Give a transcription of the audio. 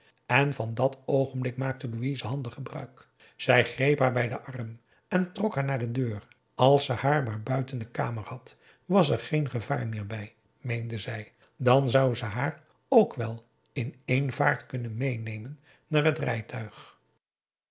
en van dat oogenblik maakte louise handig gebruik zij greep haar bij den arm en trok haar naar de deur als ze haar maar buiten de kamer had was er geen gevaar meer bij meende zij dan zou ze haar ook wel in één vaart kunnen meenemen naar het rijtuig